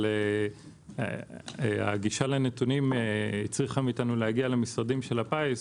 אבל הגישה לנתונים הצריכה מאיתנו להגיע למשרדים של הפיס.